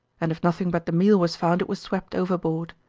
and if nothing but the meal was found it was swept overboard.